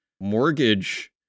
mortgage